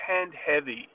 hand-heavy